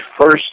first